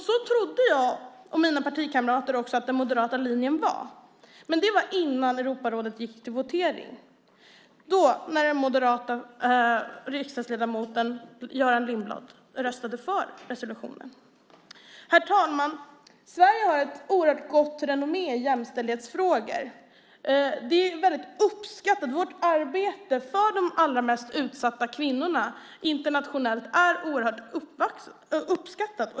Så trodde jag och mina partikamrater att den moderata linjen var. Men det var innan Europarådet gick till votering och den moderata riksdagsledamoten Göran Lindblad röstade för resolutionen. Herr talman! Sverige har ett oerhört gott renommé i jämställdhetsfrågor. Vårt arbete för de allra mest utsatta kvinnorna är internationellt väldigt uppskattat.